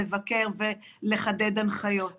לבקר ולחדד הנחיות.